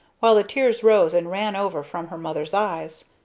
while the tears rose and ran over from her mother's eyes.